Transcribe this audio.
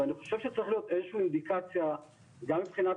ואני חושב שצריכה להיות אינדיקציה גם מבחינת